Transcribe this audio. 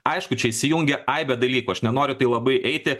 aišku čia įsijungia aibė dalykų aš nenoriu į tai labai eiti